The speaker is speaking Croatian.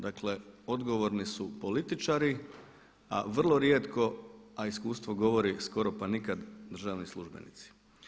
Dakle odgovorni su političari a vrlo rijetko, a iskustvo govori skoro pa nikada državni službenici.